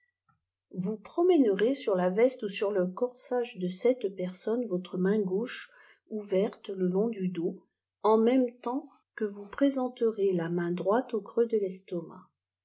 vous promènerez sur la manière de magnitiseft itss vésto ou sur le corsage de cette personne voire main gauche ouverte le long du dos en même temps vous présenterez la main droite au creux de l'estomac